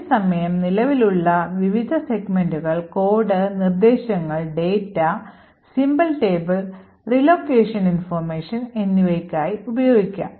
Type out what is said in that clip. അതേസമയം നിലവിലുള്ള വിവിധ സെഗ്മെന്റുകൾ കോഡ് നിർദ്ദേശങ്ങൾ data symbol table relocation information എന്നിവയ്ക്കായി ഉപയോഗിക്കാം